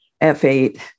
F8